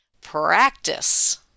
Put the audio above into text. Practice